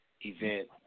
event